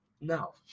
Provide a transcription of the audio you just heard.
no